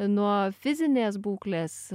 nuo fizinės būklės